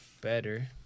better